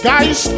Guys